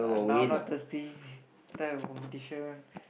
now not thirsty later I got competition